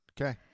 Okay